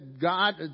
God